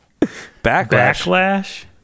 Backlash